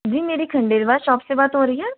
जी मेरी खण्डेलवाल शॉप से बात हो रही है